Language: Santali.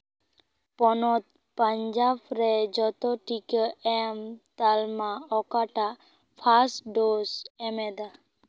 ᱯᱚᱱᱚᱛ ᱯᱟᱧᱡᱟᱵᱽ ᱨᱮ ᱡᱚᱛᱚ ᱴᱤᱠᱟᱹ ᱮᱢ ᱛᱟᱞᱢᱟ ᱚᱠᱟᱴᱟᱜ ᱯᱷᱟᱥ ᱰᱳᱡ ᱮᱢᱮᱫᱟ